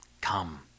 Come